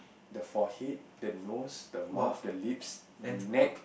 the forehead the nose the mouth the lips the neck